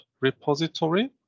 repository